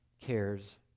cares